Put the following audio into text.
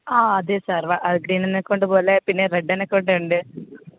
അതേ സാർ ആ green anaconda പോലെ പിന്നെ റെഡ്ഡ് അനക്കോണ്ട ഉണ്ട്